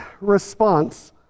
response